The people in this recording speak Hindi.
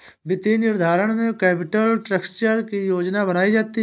वित्तीय निर्धारण में कैपिटल स्ट्रक्चर की योजना बनायीं जाती है